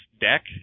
deck